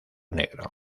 negro